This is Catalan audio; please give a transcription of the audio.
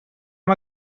hem